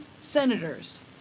senators